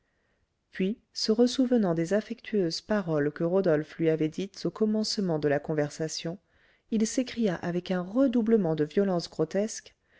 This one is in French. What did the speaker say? puis se ressouvenant des affectueuses paroles que rodolphe lui avait dites au commencement de la conversation il s'écria avec un redoublement de violence grotesque